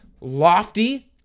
lofty